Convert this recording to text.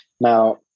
Now